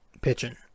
pitching